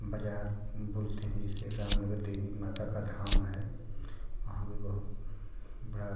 बाज़ार बोलते हैं जिसे रामनगर देवी माता का धाम है वहाँ भी बहुत बड़ा